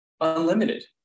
Unlimited